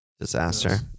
Disaster